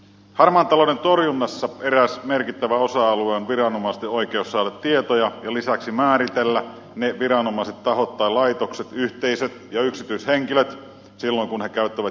harmaan talouden torjunnassa eräs merkittävä osa alue on viranomaisten oikeus saada tietoja ja lisäksi määritellä ne viranomaiset tahot tai laitokset yhteisöt ja yksityishenkilöt silloin kun he käyttävät julkista valtaa